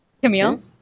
Camille